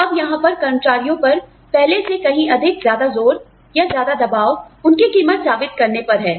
तो अब यहां पर कर्मचारियों पर पहले से कहीं अधिक ज्यादा जोर या ज्यादा दबाव उनकी कीमत साबित करने पर है